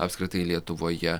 apskritai lietuvoje